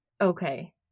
Okay